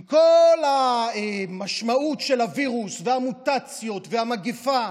עם כל המשמעות של הווירוס והמוטציות והמגפה,